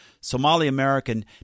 Somali-American